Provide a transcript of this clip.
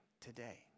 today